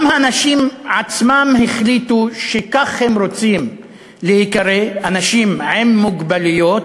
גם האנשים עצמם החליטו שכך הם רוצים להיקרא: אנשים עם מוגבלויות.